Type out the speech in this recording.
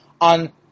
on